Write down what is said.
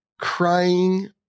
crying